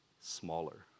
smaller